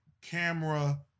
camera